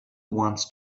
wants